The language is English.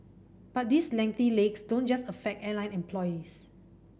but these lengthy legs don't just affect airline employees